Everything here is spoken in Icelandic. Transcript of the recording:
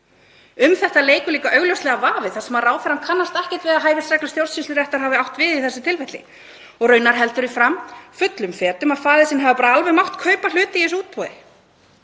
Um þetta leikur líka augljóslega vafi þar sem ráðherra kannast ekkert við að hæfisreglur stjórnsýsluréttar hafi átt við í þessu tilfelli og raunar heldur því fram fullum fetum að faðir sinn hafi bara alveg mátt kaupa hlut í þessu útboði.